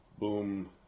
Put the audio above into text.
Boom